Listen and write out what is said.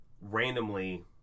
randomly